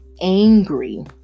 angry